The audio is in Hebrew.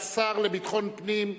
השר לביטחון הפנים,